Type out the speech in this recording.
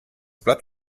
blatt